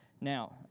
Now